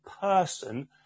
person